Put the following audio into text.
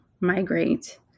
migrate